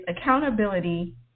accountability